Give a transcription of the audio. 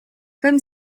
comme